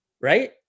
right